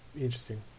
interesting